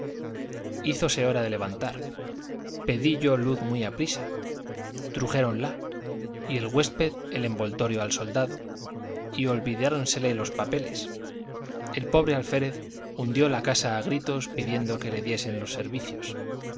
remedio hízose hora de levantar pedí yo luz muy aprisa trujéronla y el huésped el envoltorio al soldado y olvidáronsele los papeles el pobre alférez hundió la casa a gritos pidiendo que le diese los servicios